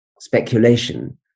speculation